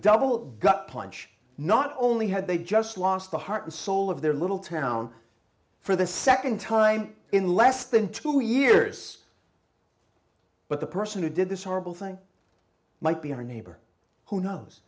punch not only had they just lost the heart and soul of their little town for the nd time in less than two years but the person who did this horrible thing might be our neighbor who knows